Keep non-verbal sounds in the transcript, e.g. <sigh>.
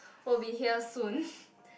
will be here soon <breath>